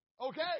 okay